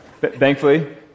Thankfully